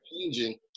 changing